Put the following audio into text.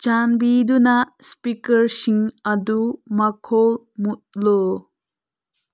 ꯆꯥꯟꯕꯤꯗꯨꯅ ꯏꯁꯄꯤꯀꯔꯁꯤꯡ ꯑꯗꯨ ꯃꯈꯣꯜ ꯃꯨꯠꯂꯨ